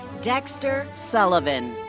dexter sullivan.